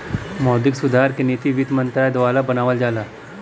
मौद्रिक सुधार क नीति वित्त मंत्रालय द्वारा बनावल जाला